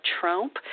Trump